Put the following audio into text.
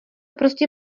prostě